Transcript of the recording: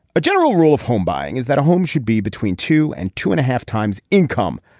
a general rule of home buying is that a home should be between two and two and a half times income.